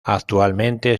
actualmente